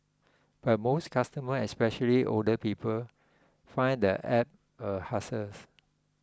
but most customers especially older people find the app a hassles